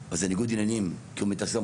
זה ניגוד עניינים כי הוא מתעסק במורשת